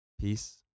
Peace